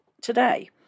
today